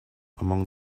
among